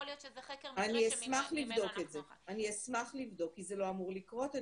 יכול להיות שזה חקר --- אני אשמח לבדוק את זה כי זה לא אמור לקרות.